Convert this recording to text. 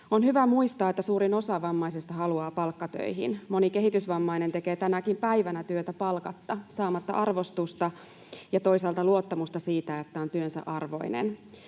On hyvä muistaa, että suurin osa vammaisista haluaa palkkatöihin. Moni kehitysvammainen tekee tänäkin päivänä työtä palkatta saamatta arvostusta ja toisaalta luottamusta siitä, että on työnsä arvoinen.